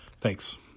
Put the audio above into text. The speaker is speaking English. Thanks